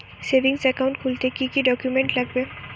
Savings account খুলতে কি কি ডকুমেন্টস লাগবে?